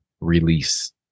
release